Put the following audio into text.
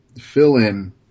fill-in